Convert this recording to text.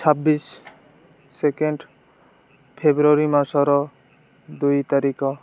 ଛବିଶ ସେକେଣ୍ଡ ଫେବୃଆରୀ ମାସର ଦୁଇ ତାରିଖ